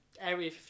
Area